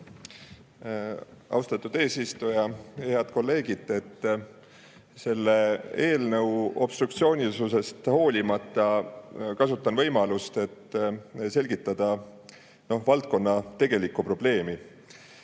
Austatud eesistuja! Head kolleegid! Selle eelnõu obstruktsioonilisusest hoolimata kasutan võimalust, et selgitada valdkonna tegelikku probleemi.